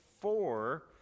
four